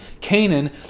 Canaan